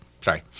Sorry